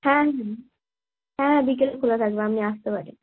হ্যাঁ হুঁ হ্যাঁ বিকেলে খোলা থাকবে আপনি আসতে পারেন